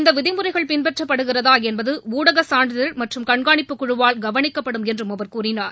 இந்த விதிமுறைகள் பின்பற்றப்படுகிறதாக என்பது ஊடக சான்றிதழ் மற்றும் கண்காணிப்பு குழுவால் கவனிக்கப்படும் என்றும் அவர் கூறினார்